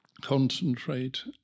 concentrate